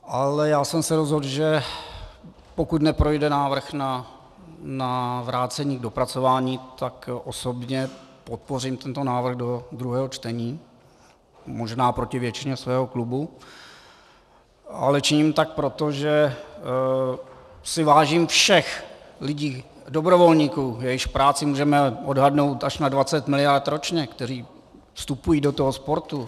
Ale já jsem se rozhodl, že pokud neprojde návrh na vrácení k dopracování, tak osobně podpořím tento návrh do druhého čtení, možná proti většině svého klubu, ale činím tak proto, že si vážím všech lidí, dobrovolníků, jejichž práci můžeme odhadnout až na 20 mld. ročně, kteří vstupují do sportu.